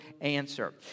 answer